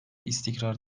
istikrar